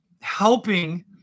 helping